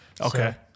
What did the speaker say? Okay